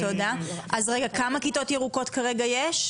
אז רגע, כמה כיתות ירוקות כרגע יש?